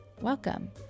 Welcome